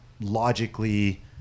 logically